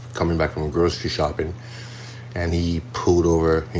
coming back from and grocery shopping and he pulled over. you